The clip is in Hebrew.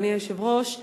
אדוני היושב-ראש.